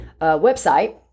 website